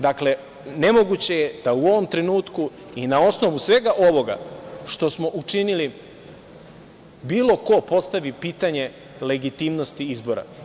Dakle, nemoguće je da u ovom trenutku i na osnovu svega ovoga što smo učinili bilo ko postavi pitanje legitimnosti izbora.